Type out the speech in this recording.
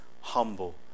humble